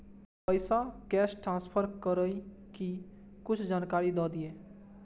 पैसा cash transfer करऐ कि कुछ जानकारी द दिअ